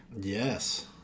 Yes